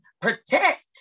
protect